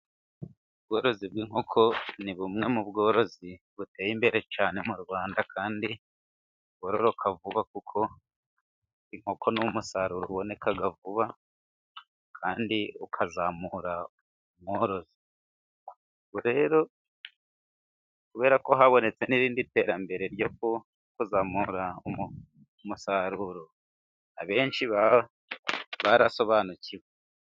Ubworozi bw'inkoko ni bumwe mu bworozi buteye imbere cyane mu Rwanda, kandi bwororoka vuba, kuko inkoko ni umusaruro uboneka vuba, kandi ukazamura umworozi. Ubu rero kubera ko habonetse n'irindi terambere ryo kuzamura umusaruro, abenshi barasobanukiwe.